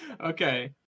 Okay